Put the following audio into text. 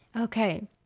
Okay